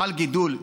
חל גידול,